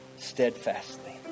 steadfastly